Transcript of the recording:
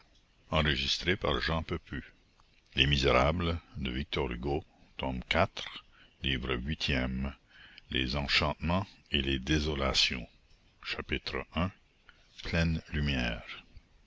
huitième les enchantements et les désolations chapitre i pleine lumière